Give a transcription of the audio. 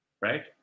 right